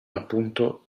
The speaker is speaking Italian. appunto